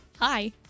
Hi